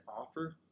offer